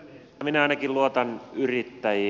minä ainakin luotan yrittäjiin